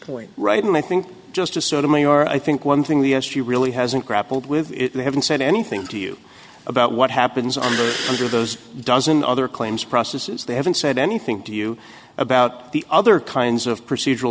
point right and i think just to sort of me or i think one thing the s g really hasn't grappled with it they haven't said anything to you about what happens on the other those dozen other claims processes they haven't said anything to you about the other kinds of procedural